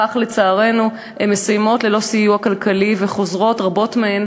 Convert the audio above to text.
כך, לצערנו, הן מסיימות ללא סיוע כלכלי, ורבות מהן